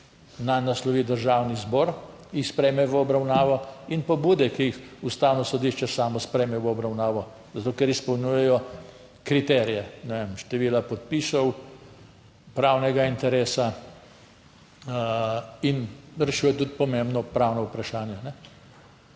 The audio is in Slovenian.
naj naslovi Državni zbor, jih sprejme v obravnavo in pobude, ki jih Ustavno sodišče samo sprejme v obravnavo, zato ker izpolnjujejo kriterije, ne vem, števila podpisov pravnega interesa in rešuje tudi pomembno pravno vprašanje.